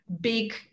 big